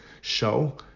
show